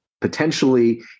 potentially